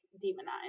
demonized